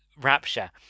Rapture